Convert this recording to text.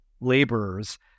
laborers